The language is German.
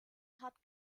hat